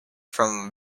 from